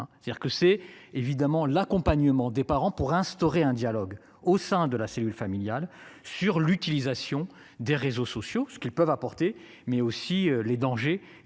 c'est-à-dire que c'est évidemment l'accompagnement des parents pour instaurer un dialogue au sein de la cellule familiale sur l'utilisation des réseaux sociaux ce qu'ils peuvent apporter mais aussi les dangers